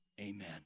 amen